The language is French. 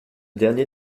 dernier